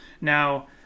Now